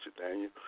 Daniel